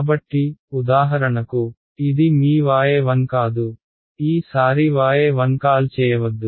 కాబట్టి ఉదాహరణకు ఇది మీ y 1 కాదుఈ సారి y1 కాల్ చేయవద్దు